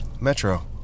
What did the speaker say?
Metro